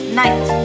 night